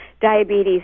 diabetes